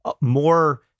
more